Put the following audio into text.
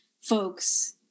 folks